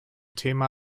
thema